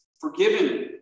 forgiven